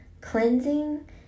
cleansing